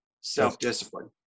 self-discipline